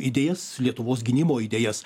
idėjas lietuvos gynimo idėjas